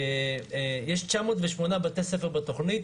יש 908 בתי ספר בתוכנית,